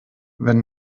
wenn